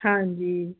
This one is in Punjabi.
ਹਾਂਜੀ